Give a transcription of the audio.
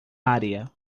área